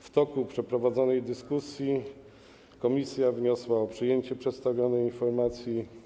W toku przeprowadzonej dyskusji komisja wniosła o przyjęcie przedstawionej informacji.